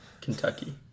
Kentucky